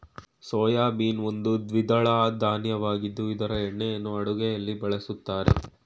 soybean ಒಂದು ದ್ವಿದಳ ಧಾನ್ಯವಾಗಿದ್ದು ಇದರ ಎಣ್ಣೆಯನ್ನು ಅಡುಗೆಯಲ್ಲಿ ಬಳ್ಸತ್ತರೆ